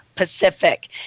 pacific